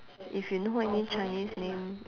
if you know any chinese name